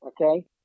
Okay